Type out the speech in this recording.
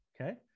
Okay